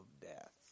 death